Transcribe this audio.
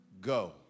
go